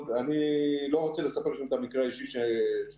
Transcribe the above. אני לא רוצה לספר לכם את המקרה האישי שלי,